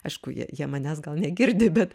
aišku jie jie manęs gal negirdi bet